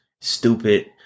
stupid